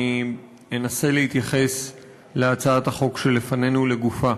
אני אנסה להתייחס להצעת החוק שלפנינו לגופה.